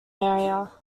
area